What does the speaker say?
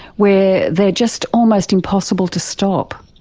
where they are just almost impossible to stop.